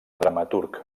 dramaturg